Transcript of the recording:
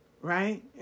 right